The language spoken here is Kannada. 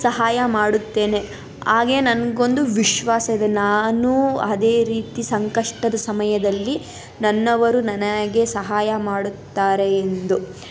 ಸಹಾಯ ಮಾಡುತ್ತೇನೆ ಹಾಗೆ ನನಗೊಂದು ವಿಶ್ವಾಸ ಇದೆ ನಾನೂ ಅದೇ ರೀತಿ ಸಂಕಷ್ಟದ ಸಮಯದಲ್ಲಿ ನನ್ನವರು ನನಗೆ ಸಹಾಯ ಮಾಡುತ್ತಾರೆ ಎಂದು